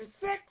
six